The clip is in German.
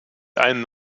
einen